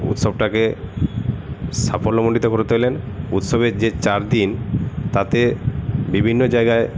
উৎসবটাকে সাফল্যমণ্ডিত করে তোলেন উৎসবের যে চারদিন তাতে বিভিন্ন জায়গায়